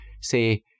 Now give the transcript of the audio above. say